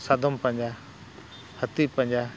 ᱥᱟᱫᱚᱢ ᱯᱟᱸᱡᱟ ᱦᱟᱹᱛᱤ ᱯᱟᱸᱡᱟ